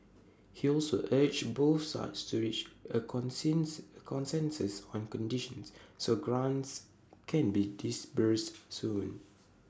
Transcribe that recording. he also urged both sides to reach A consensus A consensus on conditions so grants can be disbursed soon